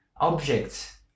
objects